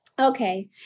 Okay